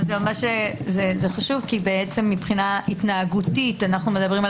זה חשוב כי מבחינה התנהגותית אנו מדברים על